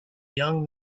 young